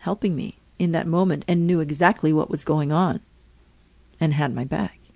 helping me in that moment and knew exactly what was going on and had my back.